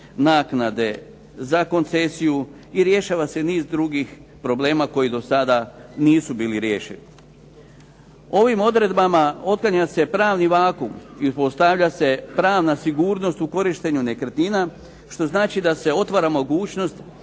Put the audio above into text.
naknade za koncesiju i rješava se niz drugih problema koje do sada nisu bili riješeni. Ovim odredbama otklanja se pravni vakuum i postavlja se pravna sigurnost u korištenju nekretnina, što znači da se otvara mogućnost